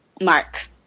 Mark